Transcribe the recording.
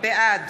בעד